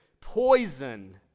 poison